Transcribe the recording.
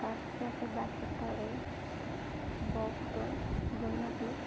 ସ୍ୱାସ୍ଥ୍ୟ ସେବା କ୍ଷେତ୍ରରେ ବହୁତ ଦୁର୍ନୀତି